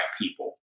people